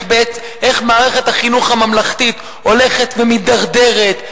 איך מערכת החינוך הממלכתית הולכת ומידרדרת,